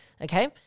okay